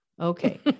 Okay